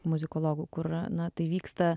muzikologų kur na tai vyksta